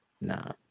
Nah